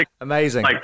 Amazing